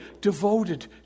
devoted